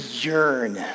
yearn